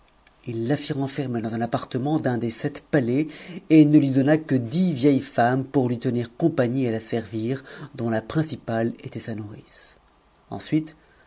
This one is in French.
il la lit renfermer dans un appartement d'un des sept palais xma dix vieilles femmes pour lui tenir compagnie et la servir f tunt la principale était sa nourrice ensuite